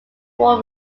war